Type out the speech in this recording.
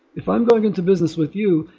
if i'm going into business with you,